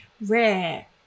rare